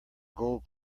gold